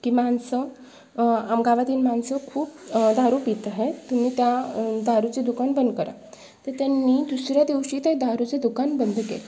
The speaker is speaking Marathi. की माणसं गावातील माणसं खूप दारू पीत आहेत तुम्ही त्या दारूचे दुकान बंद करा तर त्यांनी दुसरा दिवशी ते दारूचे दुकान बंद केलं